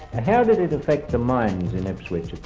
and how did it affect the mines in ipswich